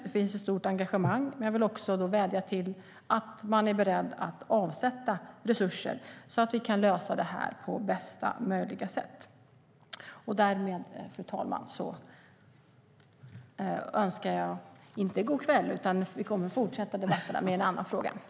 Det finns ett stort engagemang, men jag vill också vädja till att man är beredd att avsätta resurser så att frågan kan lösas på bästa möjliga sätt.